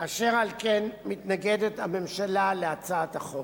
אשר על כן, הממשלה מתנגדת להצעת החוק.